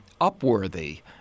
Upworthy